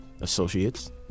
associates